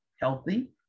Healthy